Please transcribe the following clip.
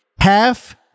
Half